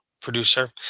producer